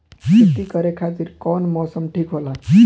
खेती करे खातिर कौन मौसम ठीक होला?